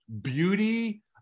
beauty